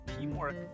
Teamwork